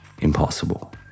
impossible